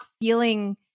feeling